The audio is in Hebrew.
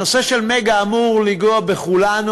הנושא של "מגה" אמור לנגוע בכולנו,